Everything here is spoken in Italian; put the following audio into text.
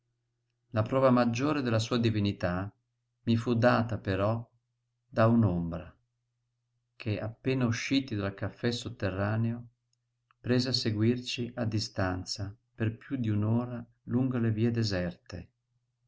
la prova maggiore della sua divinità mi fu data però da un'ombra che appena usciti dal caffè sotterraneo prese a seguirci a distanza per piú d'un'ora lungo le vie deserte